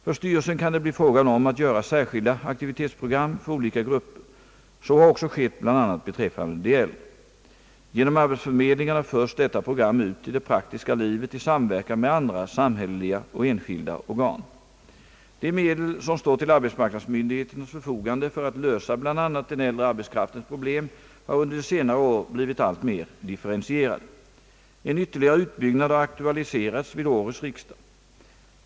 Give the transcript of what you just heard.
För sty relsen kan det bli fråga om att göra särskilda aktivitetsprogram för olika grupper. Så har också skett bl.a. beträffande de äldre. Genom arbetsförmedlingarna förs detta program ut i det praktiska livet i samverkan med andra samhälleliga och enskilda organ. De medel som står till arbetsmarknadsmyndigheternas förfogande för att lösa bl.a. den äldre arbetskraftens problem har under senare år blivit alltmer differentierade. En ytterligare utbyggnad har aktualiserats vid årets riksdag.